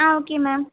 ah okay ma'am